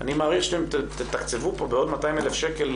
- אני מעריך שאתם תתקצבו פה בעוד 200 אלף שקל,